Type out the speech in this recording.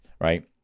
right